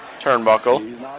turnbuckle